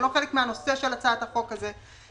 זה לא חלק מהנושא של הצעת החוק הזו.